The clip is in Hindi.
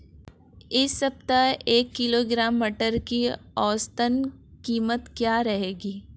इस सप्ताह एक किलोग्राम मटर की औसतन कीमत क्या रहेगी?